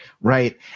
right